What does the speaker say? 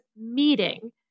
meeting